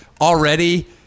already